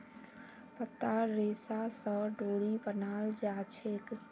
पत्तार रेशा स डोरी बनाल जाछेक